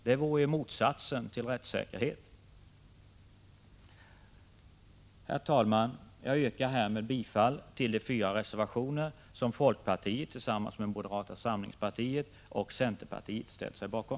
Det vore ju motsatsen till rättssäkerhet. Herr talman! Jag yrkar härmed bifall till de fyra reservationer som folkpartiet tillsammans med moderata samlingspartiet och centerpartiet ställt sig bakom.